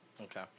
Okay